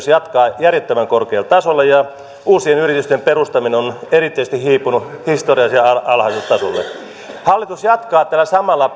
työttömyys jatkaa järjettömän korkealla tasolla ja uusien yritysten perustaminen on erityisesti hiipunut historiallisen alhaiselle tasolle hallitus jatkaa tällä samalla